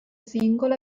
singolo